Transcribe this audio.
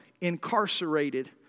incarcerated